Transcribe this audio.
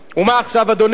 ומה עכשיו, אדוני?